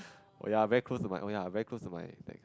oh ya very close to my oh ya very close to my